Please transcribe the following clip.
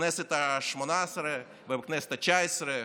בכנסת השמונה-עשרה ובכנסת התשע-עשרה